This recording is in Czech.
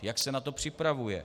Jak se na to připravuje.